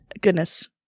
Goodness